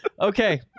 Okay